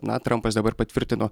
na trampas dabar patvirtino